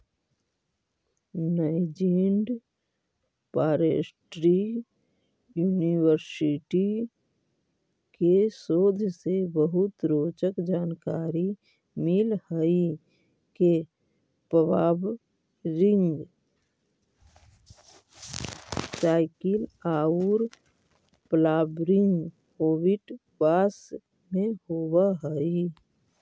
Nanjing forestry university के शोध से बहुत रोचक जानकारी मिल हई के फ्वावरिंग साइकिल औउर फ्लावरिंग हेबिट बास में होव हई